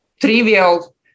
trivial